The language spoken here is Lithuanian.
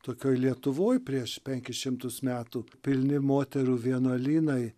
tokioj lietuvoj prieš penkis šimtus metų pilni moterų vienuolynai